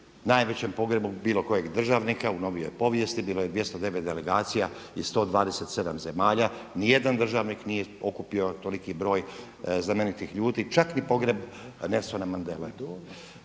najvećem pogrebu bilo kojeg državnika u novijoj povijesti. Bilo je 209 delegacija iz 127 zemalja, nijedan državnik nije okupio toliki broj znamenitih ljudi, čak ni pogreb Nelsona Mandele.